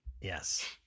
Yes